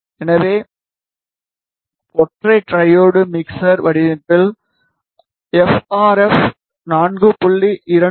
எனவே ஒற்றை diode mixer வடிவமைப்பில் எஃப்ஆர்எஃப் 4